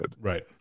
Right